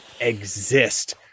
exist